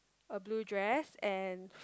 a blue dress and